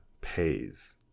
pays